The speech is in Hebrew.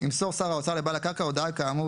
ימסור שר האוצר לבעל הקרקע הודעה כאמור